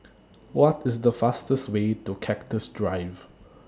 What IS The fastest Way to Cactus Drive